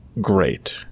great